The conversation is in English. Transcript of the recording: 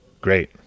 great